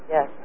Yes